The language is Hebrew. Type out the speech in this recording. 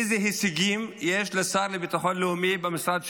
איזה הישגים יש לשר לביטחון לאומי במשרד שלו?